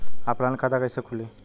Online खाता कइसे खुली?